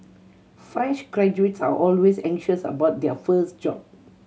fresh graduates are always anxious about their first job